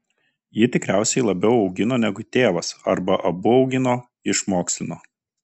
ji tikriausiai labiau augino negu tėvas arba abu augino išmokslino